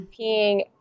peeing